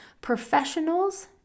Professionals